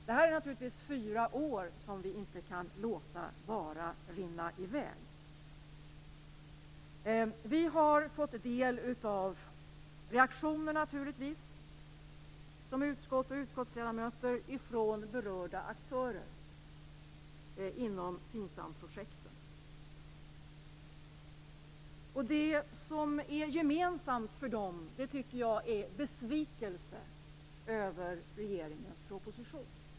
Vi kan inte bara låta dessa fyra år rinna i väg. Utskottet och utskottsledamöterna har fått del av reaktioner från berörda aktörer inom FINSAM projekten. Gemensamt för dem är besvikelsen över regeringens proposition.